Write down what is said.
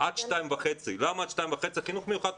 עד 14:30. למה עד 14:30?